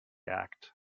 act